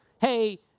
hey